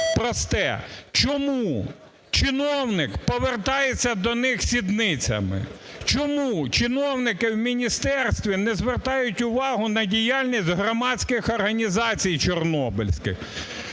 просте: чому чиновник повертається до них сідницями? Чому чиновники в міністерстві не звертають увагу на діяльність громадських організацій Чорнобильських?